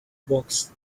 box